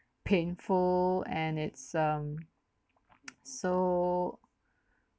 painful and it's um so